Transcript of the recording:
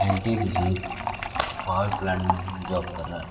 anti बिजी power plant में job कर रहा था